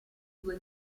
due